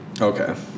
Okay